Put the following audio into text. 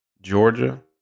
Georgia